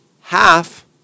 half